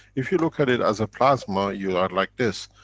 if you look at it as a plasma, you are like this.